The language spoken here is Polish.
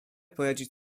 poradzić